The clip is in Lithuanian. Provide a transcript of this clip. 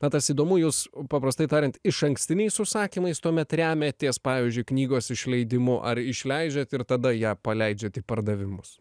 na tas įdomu jūs paprastai tariant išankstiniais užsakymais tuomet remiatės pavyzdžiui knygos išleidimu ar išleidžiat ir tada ją paleidžiat į pardavimus